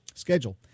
schedule